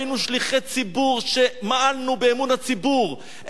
היינו שליחי ציבור שמעלנו באמון הציבור,